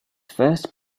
first